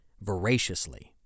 voraciously